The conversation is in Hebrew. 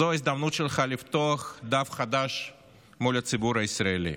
וזו ההזדמנות שלך לפתוח דף חדש מול הציבור הישראלי.